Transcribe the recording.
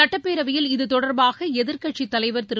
சுட்டப்பேரவையில் இது தொடர்பாக எதிர்க்கட்சித் தலைவர் திரு